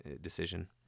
decision